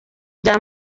bya